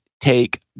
take